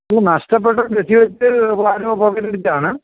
അല്ല നഷ്ടപ്പെട്ടത് ബസ്സി വെച്ച് ആരോ പോക്കറ്റടിച്ചതാണ്